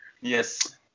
Yes